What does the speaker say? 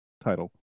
title